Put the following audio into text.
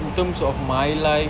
in terms of my life